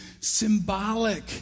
symbolic